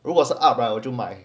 如果是 up 我就买